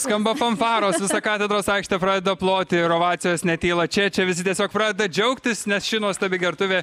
skamba fanfaros visa katedros aikštė pradeda ploti ir ovacijos netyla čia čia visi tiesiog pradeda džiaugtis nes ši nuostabi gertuvė